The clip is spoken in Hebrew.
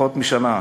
פחות משנה,